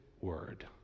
word